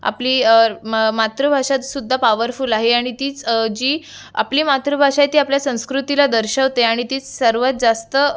आपली म मातृभाषा सुद्धा पावरफुल आहे आणि तीच जी आपली मातृभाषा आहे ती आपल्या संस्कृतीला दर्शवते आणि ती सर्वात जास्त